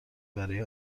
برای